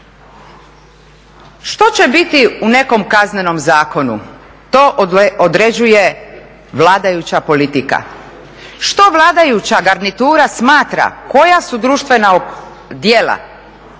Što će biti u nekom Kaznenom zakonu, to određuje vladajuća politika. Što vladajuća garnitura smatra koja su društvena djela